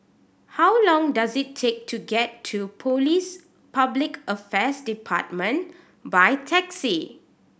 how long does it take to get to Police Public Affairs Department by taxi